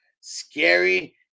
scary